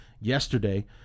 yesterday